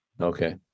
Okay